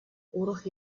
урӑх